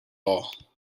all